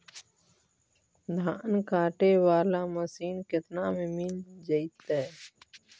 धान काटे वाला मशीन केतना में मिल जैतै?